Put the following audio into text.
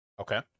Okay